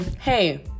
hey